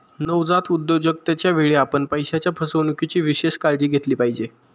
नवजात उद्योजकतेच्या वेळी, आपण पैशाच्या फसवणुकीची विशेष काळजी घेतली पाहिजे